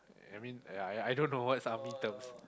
I mean yea yea I don't know what's army terms